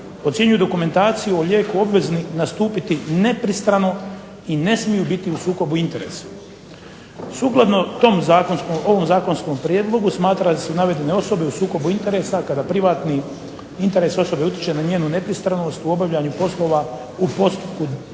ocjenjuju dokumentaciju o lijeku obveznim nastupiti nepristrano i ne smiju biti u sukobu interesa. Sukladno ovom zakonskom prijedlogu smatra da su navedene osobe u sukobu interesa kada privatni interes osobe utječe na njenu nepristranost u obavljanju poslova u postupku odobrenja